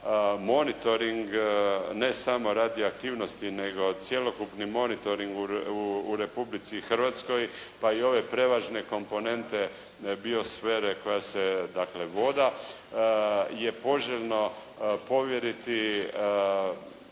monitoring ne samo radioaktivnosti nego cjelokupni monitoring u Republici Hrvatskoj pa i ove prelazne komponente biosfere koja se dakle voda je poželjno povjeriti